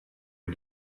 the